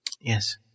Yes